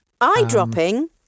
Eye-dropping